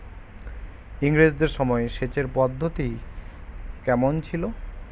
ইঙরেজদের সময় সেচের পদ্ধতি কমন ছিল?